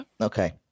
Okay